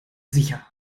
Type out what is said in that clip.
sicher